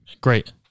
Great